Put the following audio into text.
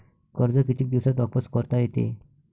कर्ज कितीक दिवसात वापस करता येते?